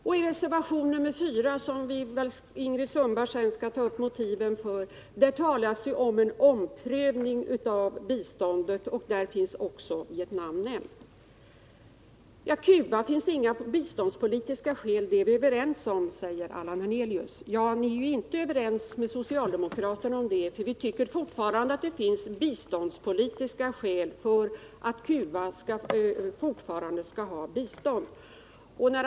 I reservation nr 4, som Ingrid Sundberg väl sedan skall ta upp motiven för, talas det om en omprövning av biståndet, och där finns också Vietnam nämnt. Beträffande Cuba finns det inga biståndspolitiska skäl, och det är vi överens om, säger Allan Hernelius. Nej, ni är inte överens med socialdemokraterna om det, för vi tycker fortfarande att det finns biståndspolitiska skäl för att Cuba skall ha bistånd.